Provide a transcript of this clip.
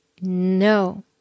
No